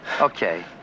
Okay